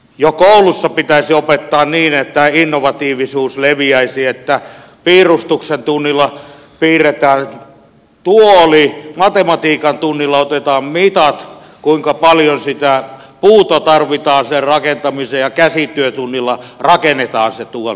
jo koulussa pitäisi opettaa niin että innovatiivisuus leviäisi että piirustuksen tunnilla piirretään tuoli matematiikan tunnilla otetaan mitat kuinka paljon sitä puuta tarvitaan sen rakentamiseen ja käsityötunnilla rakennetaan se tuoli